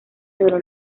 dolor